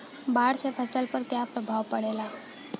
बाढ़ से फसल पर क्या प्रभाव पड़ेला?